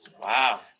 Wow